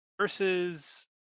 versus